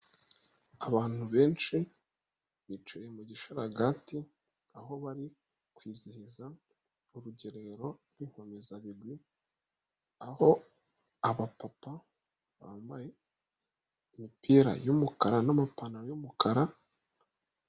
Abantu benshi bicaye mu gisharagati aho bari kwizihiza urugerero rw'Inkomezabigwi, aho abapapa bambaye imipira y'umukara n'amapantaro y'umukara.